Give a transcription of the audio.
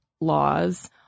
laws